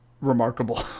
remarkable